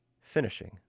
Finishing